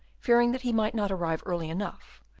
fearing that he might not arrive early enough,